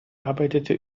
arbeitete